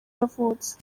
yavutse